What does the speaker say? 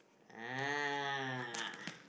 ah